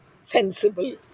sensible